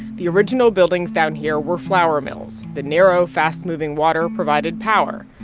the original buildings down here were flour mills. the narrow, fast-moving water provided power.